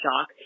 shock